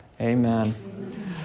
Amen